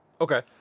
Okay